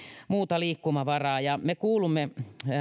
muuta liikkumavaraa me kuulumme